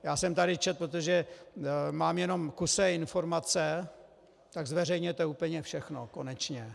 Já jsem tady četl, protože mám jenom kusé informace... tak zveřejněte úplně všechno konečně.